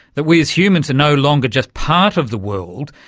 that we as humans are no longer just part of the world,